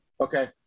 Okay